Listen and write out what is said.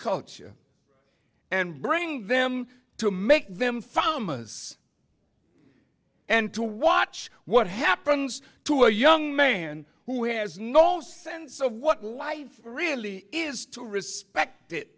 culture and bring them to make them families and to watch what happens to a young man who has no sense of what life really is to respect